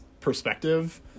perspective